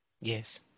Yes